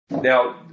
Now